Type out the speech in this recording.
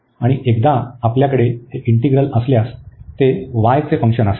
आणि एकदा आपल्याकडे हे इंटीग्रल असल्यास ते y चे फंक्शन असेल